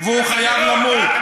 והוא חייב למות.